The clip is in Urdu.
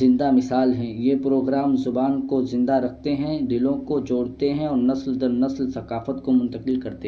زندہ مثال ہیں یہ پروگرام زبان کو زندہ رکھتے ہیں دلوں کو جوڑتے ہیں اور نسل در نسل ثقافت کو منتقل کرتے ہیں